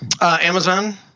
Amazon